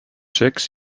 secs